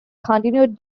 continued